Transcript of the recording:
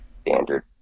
standard